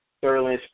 thoroughly